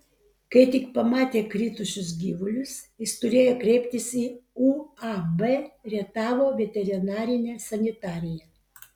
kai tik pamatė kritusius gyvulius jis turėjo kreiptis į uab rietavo veterinarinę sanitariją